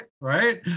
Right